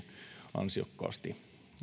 ansiokkaasti